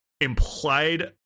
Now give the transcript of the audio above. implied